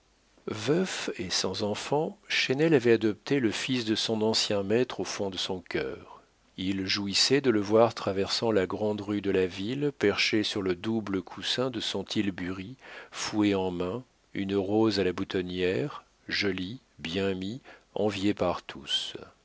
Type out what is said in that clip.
veuf et sans enfants chesnel avait adopté le fils de son ancien maître au fond de son cœur il jouissait de le voir traversant la grande rue de la ville perché sur le double coussin de son tilbury fouet en main une rose à la boutonnière joli bien mis envié par tous